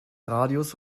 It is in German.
radius